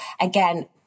again